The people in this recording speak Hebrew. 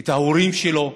את ההורים שלו,